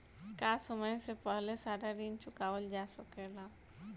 का समय से पहले सारा ऋण चुकावल जा सकेला?